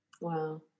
Wow